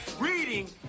reading